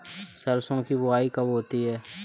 सरसों की बुआई कब होती है?